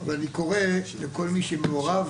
אבל אני קורא לכל מי שמעורב